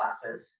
classes